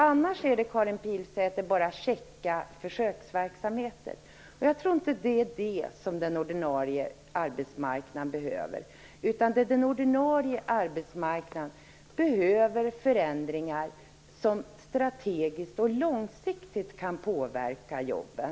Annars är det, Karin Pilsäter, bara käcka försöksverksamheter. Jag tror inte att det är det som den ordinarie arbetsmarknaden behöver. Den ordinarie arbetsmarknaden behöver förändringar som strategiskt och långsiktigt kan påverka jobben.